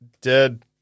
Dead